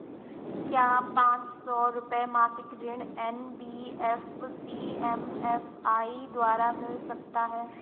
क्या पांच सौ रुपए मासिक ऋण एन.बी.एफ.सी एम.एफ.आई द्वारा मिल सकता है?